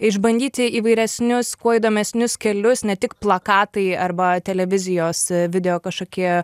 išbandyti įvairesnius kuo įdomesnius kelius ne tik plakatai arba televizijos video kažkokie